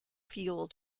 fuel